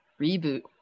reboot